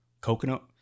Coconut